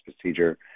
procedure